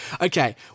Okay